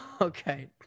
Okay